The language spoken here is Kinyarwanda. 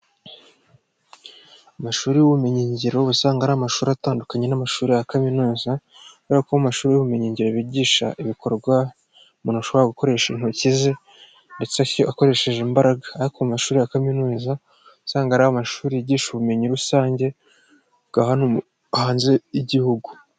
Amashuri y'ubumenyingiro ubusanga ari amashuri atandukanye n'amashuri ya kaminuza kubera kuba amashuri y'ubumenyingiro bigisha ibikorwa umuntu ashobora gukoresha intoki ze ndetse akoresheje imbaraga ariko mashuri ya kaminuza uba usanga ari amashuri yigisha ubumenyi rusange bwa hano hanze y'igihugu.